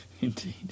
Indeed